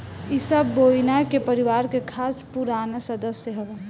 इ सब बोविना के परिवार के खास पुराना सदस्य हवन